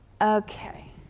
Okay